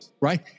right